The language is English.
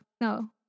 no